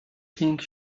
pink